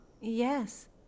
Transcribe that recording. Yes